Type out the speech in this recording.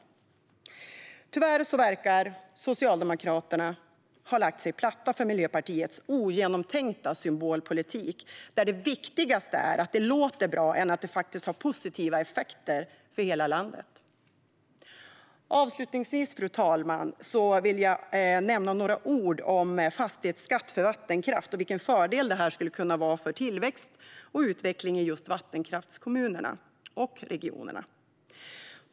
Men tyvärr verkar Socialdemokraterna ha lagt sig platt för Miljöpartiets ogenomtänkta symbolpolitik, där det är viktigare att det låter bra än att det faktiskt har positiva effekter för hela landet. Avslutningsvis, fru talman, vill jag säga några ord om fastighetsskatt för vattenkraft och vilken fördel det skulle kunna vara för tillväxt och utveckling i vattenkraftskommunerna och vattenkraftsregionerna.